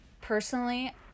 personally